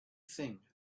thing